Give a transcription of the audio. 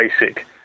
basic